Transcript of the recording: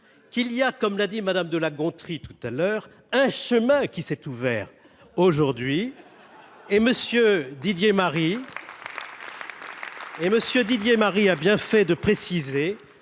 qu'il y a, comme l'a dit Madame de La Gontrie tout à l'heure un chemin qui s'est ouvert aujourd'hui. Et Monsieur Didier Marie. Et monsieur Didier